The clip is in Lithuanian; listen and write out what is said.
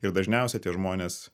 ir dažniausiai tie žmonės